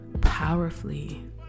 powerfully